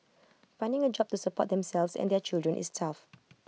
finding A job to support themselves and their children is tough